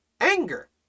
Anger